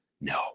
no